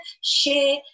share